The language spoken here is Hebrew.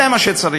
זה מה שצריך.